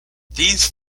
these